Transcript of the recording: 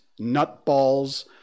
nutballs